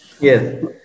Yes